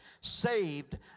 saved